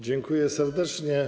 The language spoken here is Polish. Dziękuję serdecznie.